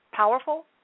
Powerful